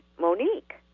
Monique